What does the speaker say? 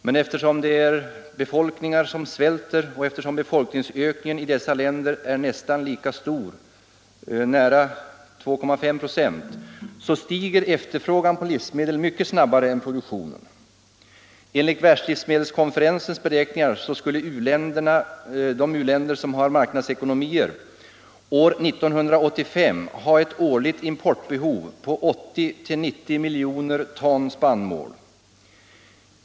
Men eftersom befolkningen i dessa länder svälter och eftersom befolkningsökningen är nästan lika stor — nära 2,5 96 — stiger efterfrågan på livsmedel mycket snabbare än produktionen. Enligt världslivsmedelskonferensens beräkningar skulle u-länder med marknadsekonomier år 1985 ha ett årligt importbehov på 80-90 miljoner ton spannmål.